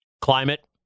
climate